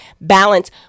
balance